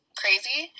crazy